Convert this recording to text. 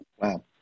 Wow